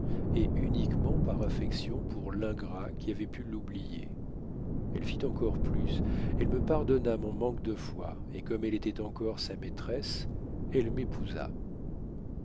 et uniquement par affection pour l'ingrat qui avait pu l'oublier elle fit encore plus elle me pardonna mon manque de foi et comme elle était encore sa maîtresse elle